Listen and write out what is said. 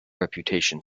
reputation